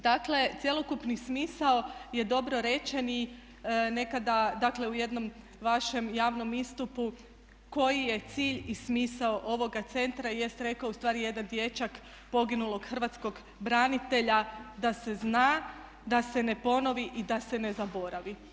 Dakle cjelokupni smisao je dobro rečeni nekada, dakle u jednom vašem javnom istupu koji je cilj i smisao ovoga centra jest rekao ustvari jedan dječak poginulog hrvatskog branitelja da se zna, da se ne ponovi i da se ne zaboravi.